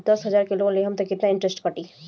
दस हजार के लोन लेहम त कितना इनट्रेस कटी?